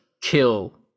kill